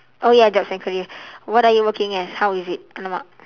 oh ya jobs and career what are you working as how is it !alamak!